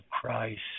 Christ